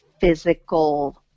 physical –